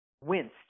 winced